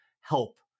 help